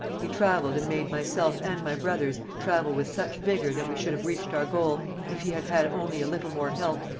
he travelled and made myself and my brothers travel with such vigour that we should have reached our goal, if he had had only a little more help,